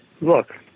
look